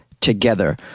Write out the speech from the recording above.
together